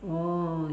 orh